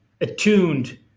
attuned